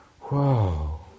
Whoa